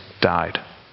died